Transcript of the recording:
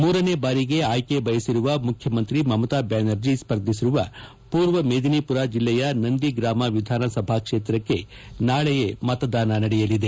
ಮೂರನೇ ಬಾರಿಗೆ ಆಯ್ಕೆ ಬಯಸಿರುವ ಮುಖ್ಯಮಂತ್ರಿ ಮಮತಾ ಬ್ಯಾನರ್ಜ ಸ್ವರ್ಧಿಸಿರುವ ಪೂರ್ವ ಮೇಧಿನಿಪುರ ಜಿಲ್ಲೆಯ ನಂದಿಗ್ರಾಮ ವಿಧಾನಸಭಾ ಕ್ಷೇತ್ರಕ್ಕೆ ನಾಳೆಯೇ ಮತದಾನ ನಡೆಯಲಿದೆ